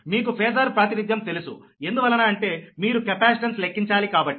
మీకు ఫేజార్ ప్రాతినిధ్యం తెలుసు ఎందువలన అంటే మీరు కెపాసిటెన్స్ లెక్కించాలి కాబట్టి